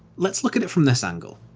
let's look at it from this angle.